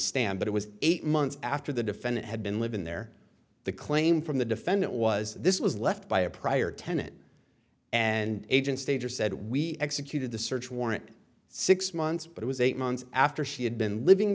stand but it was eight months after the defendant had been living there the claim from the defendant was this was left by a prior tenet and agent stager said we executed the search warrant six months but it was eight months after she had been living